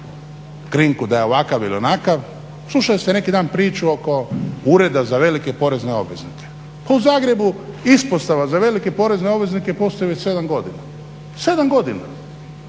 krinku da je ovakav ili onakav, slušali ste neki dan priču oko Ureda za velike porezne obveznike. Pa u Zagrebu Ispostava za velike porezne obveznike postoji već 7 godina, 7 godina.